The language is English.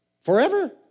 Forever